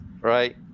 right